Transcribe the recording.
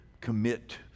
commit